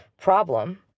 problem